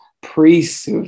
priests